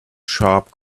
sharp